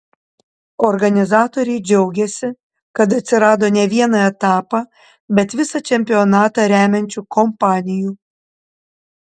organizatoriai džiaugiasi kad atsirado ne vieną etapą bet visą čempionatą remiančių kompanijų